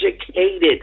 educated